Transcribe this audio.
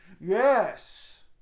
Yes